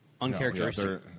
uncharacteristic